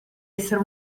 essere